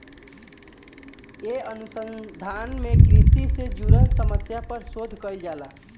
ए अनुसंधान में कृषि से जुड़ल समस्या पर शोध कईल जाला